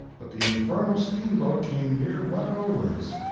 but the infernal steamboat came near running over us.